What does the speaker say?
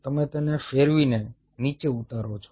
તમે તેને ફેરવીને નીચે ઉતારો છો